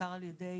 בעיקר על ידי